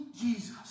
Jesus